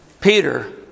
Peter